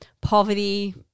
Poverty